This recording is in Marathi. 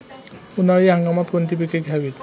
उन्हाळी हंगामात कोणती पिके घ्यावीत?